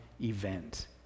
event